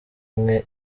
umwe